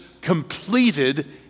completed